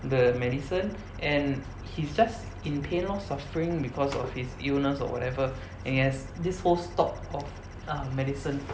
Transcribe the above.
the medicine and he's just in pain lor suffering because of his illness or whatever and he has this whole stock of um